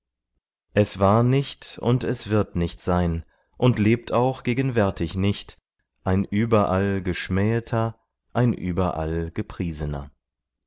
es war nicht und es wird nicht sein und lebt auch gegenwärtig nicht ein überall geschmäheter ein überall gepriesener